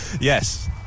Yes